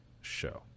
show